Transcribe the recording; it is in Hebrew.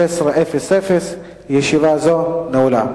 פורסם בתקשורת כי ל-160 עובדי המועצה האזורית שדות-נגב